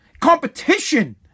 competition